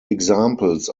examples